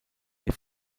der